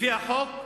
לפי החוק,